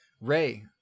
Ray